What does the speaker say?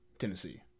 Tennessee